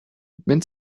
mint